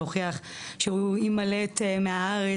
להוכיח שהוא ימלט מהארץ,